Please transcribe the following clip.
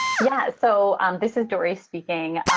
yeah. so this is dorie speaking.